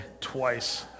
twice